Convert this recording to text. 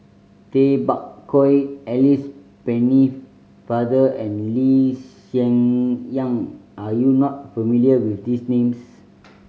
Tay Bak Koi Alice Pennefather and Lee Hsien Yang are you not familiar with these names